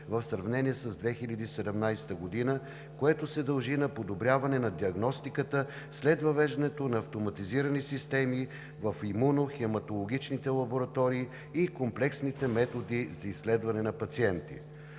в сравнение с 2017 г. Това се дължи на подобряване на диагностиката след въвеждането на автоматизирани системи в имунохематологичните лаборатории и комплексните методи за изследване на пациенти.